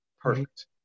Perfect